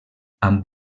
amb